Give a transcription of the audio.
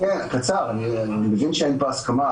אני מבין שאין פה הסכמה,